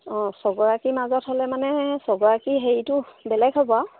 অঁ চগৰাকীৰ মাজত হ'লে মানে চগৰাকী হেৰিটো বেলেগ হ'ব আৰু